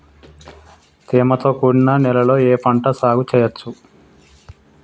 తేమతో కూడిన నేలలో ఏ పంట సాగు చేయచ్చు?